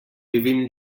vivim